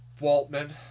Waltman